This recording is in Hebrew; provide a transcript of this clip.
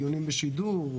דיונים בשידור,